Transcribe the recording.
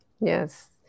Yes